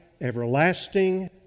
everlasting